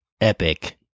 epic